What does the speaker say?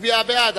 היתה מצביעה בעד,